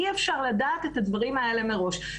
אי אפשר לדעת את הדברים האלה מראש.